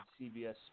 CBS